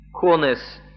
coolness